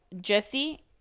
Jesse